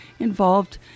involved